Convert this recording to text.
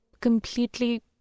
completely